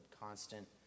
constant